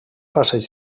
passeig